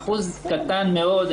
אחוז קטן מאוד.